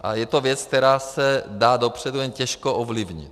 A je to věc, která se dá dopředu jen těžko ovlivnit.